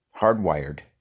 hardwired